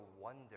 wonder